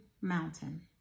mountain